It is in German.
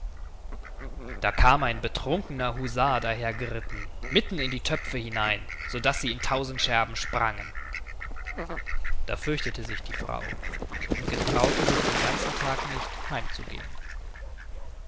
da kam ein betrunkener husar daher geritten mitten in die töpfe hinein so daß sie in tausend scherben sprangen da fürchtete sich die frau und getraute sich den ganzen tag nicht heimzugehen